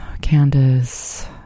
Candace